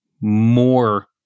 more